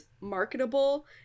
marketable